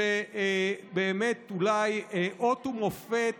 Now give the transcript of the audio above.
שבאמת אולי זה אות ומופת